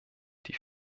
die